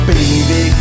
Baby